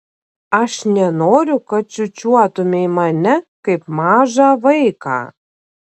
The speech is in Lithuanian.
aš nenoriu kad čiūčiuotumei mane kaip mažą vaiką